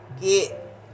get